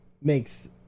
makes